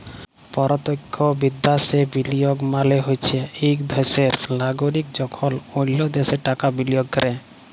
পরতখ্য বিদ্যাশে বিলিয়গ মালে হছে ইক দ্যাশের লাগরিক যখল অল্য দ্যাশে টাকা বিলিয়গ ক্যরে